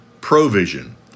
provision